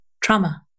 trauma